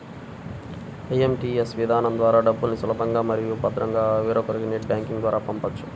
IMPS విధానం ద్వారా డబ్బుల్ని సులభంగా మరియు భద్రంగా వేరొకరికి నెట్ బ్యాంకింగ్ ద్వారా పంపొచ్చు